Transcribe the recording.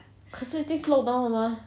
可是已经 lockdown 了 mah